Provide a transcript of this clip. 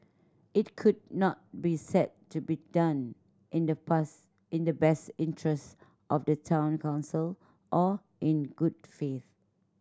it could not be said to be done in the past in the best interest of the Town Council or in good faith